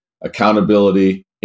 accountability